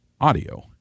audio